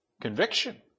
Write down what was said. Conviction